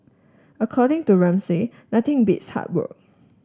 according to Ramsay nothing beats hard work